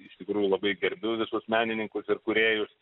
iš tikrųjų labai gerbiu visus menininkus ir kūrėjus